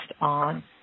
on